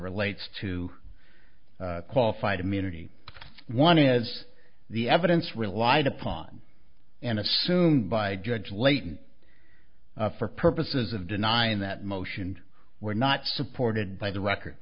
relates to qualified immunity one is the evidence relied upon and assumed by judge layton for purposes of denying that motion were not supported by the record